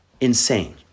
Insane